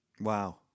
Wow